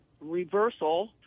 reversal